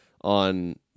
on